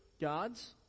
God's